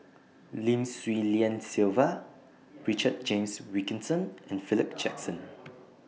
Lim Swee Lian Sylvia Richard James Wilkinson and Philip Jackson